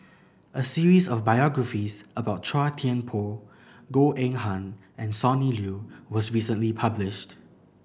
a series of biographies about Chua Thian Poh Goh Eng Han and Sonny Liew was recently published